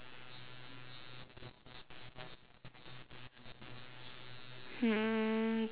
hmm